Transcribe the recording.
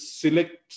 select